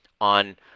on